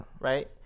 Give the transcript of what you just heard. Right